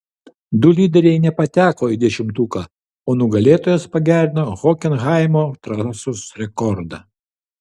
du lyderiai nepateko į dešimtuką o nugalėtojas pagerino hokenhaimo trasos rekordą